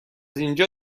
اینجا